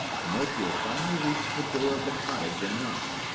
pinocchio finally reached the door of the cottage and knocked.